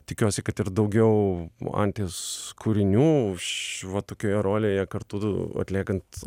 tikiuosi kad ir daugiau anties kūrinių ši va tokioje rolėje kartu atliekant